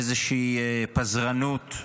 איזושהי פזרנות,